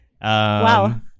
Wow